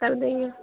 کر دیں گے